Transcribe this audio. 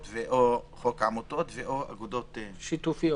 או חוק העמותות או אגודות שיתופיות".